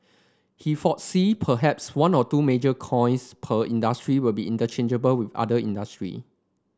he foresee perhaps one or two major coins per industry will be interchangeable with other industry